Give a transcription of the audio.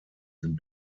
sind